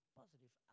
positive